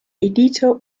elite